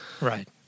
Right